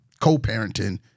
co-parenting